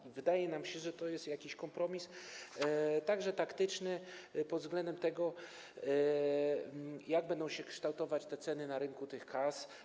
I wydaje nam się, że jest to jakiś kompromis, także taktyczny, pod względem tego, jak będą się kształtować ceny na rynku tych kas.